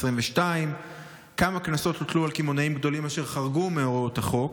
2. כמה קנסות הוטלו על קמעונאים גדולים אשר חרגו מהוראות החוק?